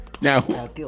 Now